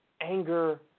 anger